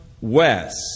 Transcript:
west